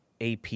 AP